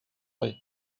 vraie